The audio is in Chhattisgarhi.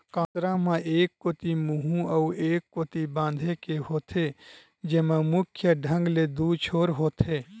कांसरा म एक कोती मुहूँ अउ ए कोती बांधे के होथे, जेमा मुख्य ढंग ले दू छोर होथे